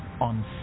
on